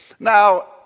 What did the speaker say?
Now